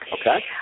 Okay